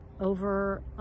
over